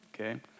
okay